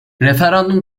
referandum